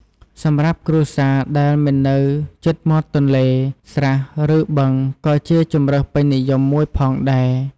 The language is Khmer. សម្រាប់គ្រួសារដែលមិននៅជិតមាត់ទន្លេ ស្រះ ឬ បឹងក៏ជាជម្រើសពេញនិយមមួយដែរ។